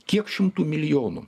kiek šimtų milijonų